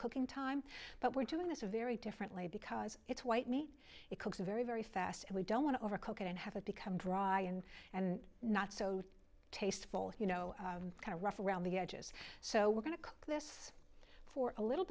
cooking time but we're doing this very differently because it's white meat it cooks very very fast and we don't want to overcook it and have it become dry and and not so tasteful you know kind of rough around the edges so we're going to cook this for a little